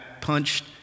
punched